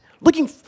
Looking